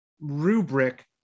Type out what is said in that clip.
rubric